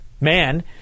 Man